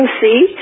see